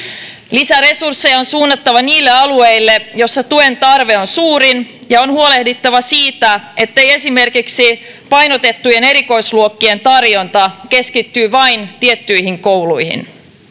lisäresursseja on suunnattava niille alueille joilla tuen tarve on suurin ja on huolehdittava siitä ettei esimerkiksi painotettujen erikoisluokkien tarjonta keskity vain tiettyihin kouluihin